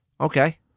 Okay